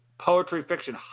poetry-fiction